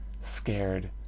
scared